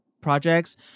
projects